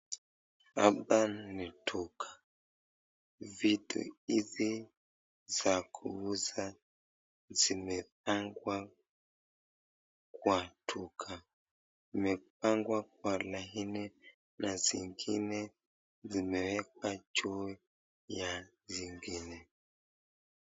Hapa ni duka. Vitu hizi za kuuza zimepangwa kwa duka. Zimepangwa kwa laini na zingine zimewekwa juu ya zingine.